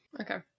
Okay